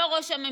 לא ראש הממשלה,